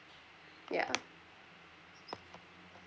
ya